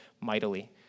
mightily